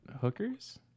Hooker's